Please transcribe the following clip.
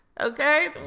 Okay